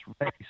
race